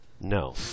No